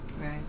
right